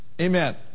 Amen